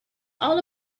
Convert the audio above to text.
all